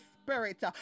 Spirit